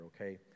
okay